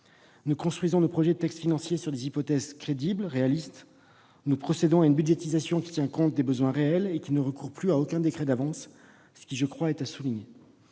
Nous construisons nos projets de textes financiers sur des hypothèses crédibles et réalistes ; nous procédons à une budgétisation qui tient compte des besoins réels et nous ne recourons plus à aucun décret d'avance, c'est à souligner.